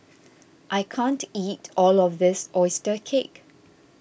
I can't eat all of this Oyster Cake